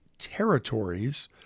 territories